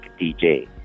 dj